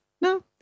no